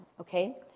okay